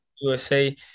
USA